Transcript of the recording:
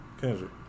Kendrick